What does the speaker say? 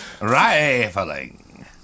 Rifling